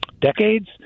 Decades